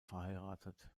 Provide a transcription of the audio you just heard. verheiratet